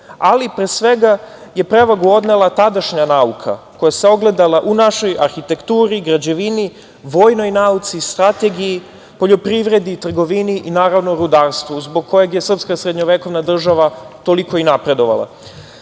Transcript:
ali pre svega je prevagu odnela tadašnja nauka koja se ogledala u našoj arhitekturi, građevini, vojnoj nauci, strategiji, poljoprivredi, trgovini i naravno rudarstvu zbog kojeg je srpska srednjovekovna država toliko i napredovala.